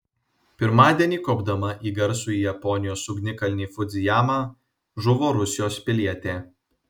pirmadienį kopdama į garsųjį japonijos ugnikalnį fudzijamą žuvo rusijos pilietė